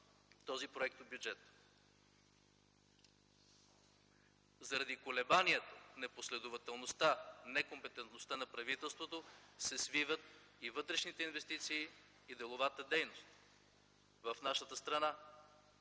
в този проектобюджет. Заради колебанията, непоследователността, некомпетентността на правителството се свиват и вътрешните инвестиции, и деловата дейност в нашата страна,